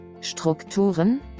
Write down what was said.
Strukturen